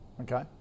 Okay